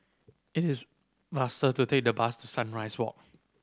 it is faster to take the bus to Sunrise Walk